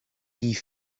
die